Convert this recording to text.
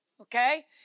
okay